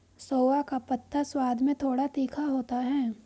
सोआ का पत्ता स्वाद में थोड़ा तीखा होता है